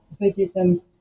Buddhism